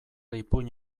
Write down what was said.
ipuin